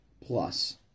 plus